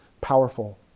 powerful